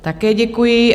Také děkuji.